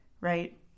right